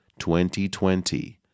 2020